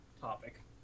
topic